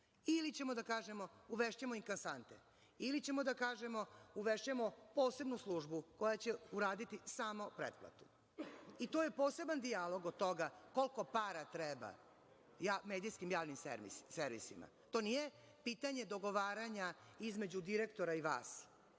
ili ćemo da kažemo – uvešćemo im kasante, ili ćemo da kažemo – uvešćemo posebnu službu koja će uraditi samo pretplatu i to je poseban dijalog od toga koliko para treba medijskim javnim servisima. To nije pitanje dogovaranja između direktora i vas,